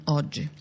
oggi